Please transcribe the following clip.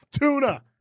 Tuna